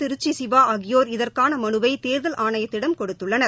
திருச்சி சிவா ஆகியோர் இதற்கான மனுவை தேர்தல் ஆணையத்திடம் கொடுத்துள்ளார்